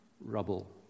rubble